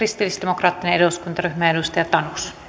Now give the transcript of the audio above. kristillisdemokraattinen eduskuntaryhmä edustaja tanus